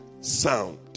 sound